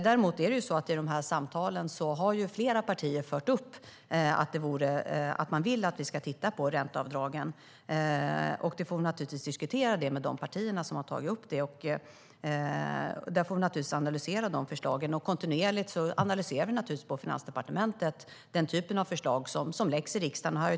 Däremot har flera partier i samtalen fört upp att de vill att vi ska titta på ränteavdragen. Då får vi naturligtvis diskutera det med de partier som har tagit upp det. Vi får naturligtvis analysera förslagen, och vi analyserar kontinuerligt på Finansdepartementet den typen av förslag som läggs fram i riksdagen.